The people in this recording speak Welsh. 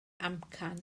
amcan